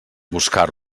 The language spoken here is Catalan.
buscar